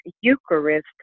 Eucharist